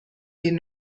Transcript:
den